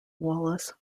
wallace